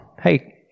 Hey